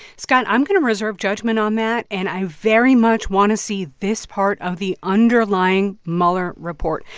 scott, i'm going to reserve judgment on that. and i very much want to see this part of the underlying mueller report.